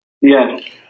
Yes